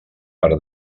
per